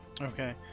Okay